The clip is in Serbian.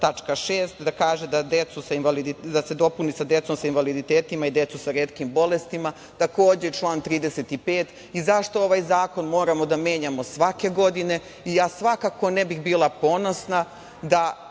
tačka 6) – deca sa invaliditetom i deca sa retkim bolestima. Takođe, član 35. i zašto ovaj zakon moramo da menjamo svake godine i ja svakako ne bih bila ponosna da